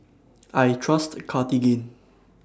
I Trust Cartigain